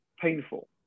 painful